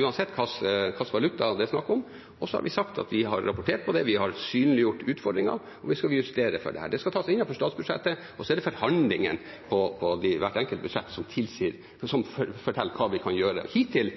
uansett hva slags valuta det er snakk om, og så har vi sagt at vi har rapportert på det, vi har synliggjort utfordringene, og vi skal justere for dette. Det skal tas innenfor statsbudsjettet, og så er det forhandlinger på hvert enkelt budsjett som forteller hva vi kan gjøre. Hittil